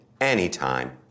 anytime